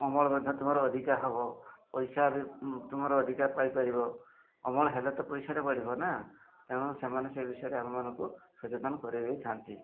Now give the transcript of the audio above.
ଅମଳ ମଧ୍ୟ ତୁମର ଅଧିକା ହେବ ପଇସା ବି ତୁମର ଅଧିକା ପାଇପାରିବ ଅମଳ ହେଲେ ତ ପଇସାରେ ବଢ଼ିବ ନା ତେଣୁ ସେମାନେ ସେ ବିଷୟରେ ଆମମାନଙ୍କୁ ସଚେତନ କରେଇ ଦେଇଥାନ୍ତି